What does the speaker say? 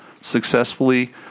successfully